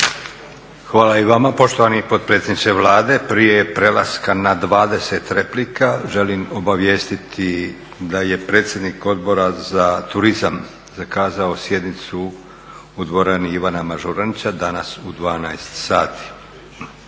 Hvala i vama poštovani potpredsjedniče Vlade. Prije prelaska na 20 replika, želim obavijestiti da je predsjednik Odbora za turizam zakazao sjednicu u dvorani Ivana Mažuranića danas u 12 sati.